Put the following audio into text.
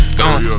gone